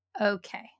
Okay